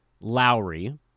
Lowry